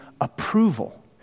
approval